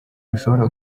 bishobora